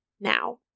Now